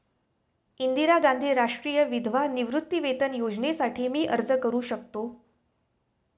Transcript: इंदिरा गांधी राष्ट्रीय विधवा निवृत्तीवेतन योजनेसाठी मी अर्ज करू शकतो?